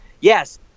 yes